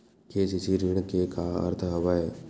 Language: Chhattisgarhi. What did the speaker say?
के.सी.सी ऋण के का अर्थ हवय?